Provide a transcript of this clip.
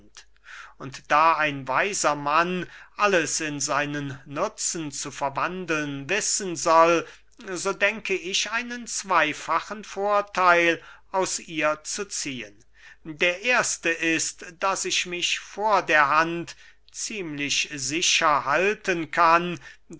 und da ein weiser mann alles in seinen nutzen zu verwandeln wissen soll so denke ich einen zweyfachen vortheil aus ihr zu ziehen der erste ist daß ich mich vor der hand ziemlich sicher halten kann